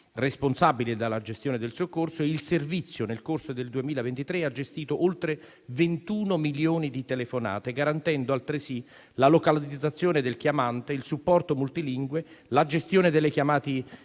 responsabili della gestione e del soccorso e il servizio, nel corso del 2023, ha gestito oltre 21 milioni di telefonate, garantendo altresì la localizzazione del chiamante, il supporto multilingue, la gestione delle chiamate in accesso